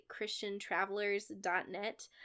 christiantravelers.net